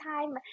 time